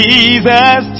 Jesus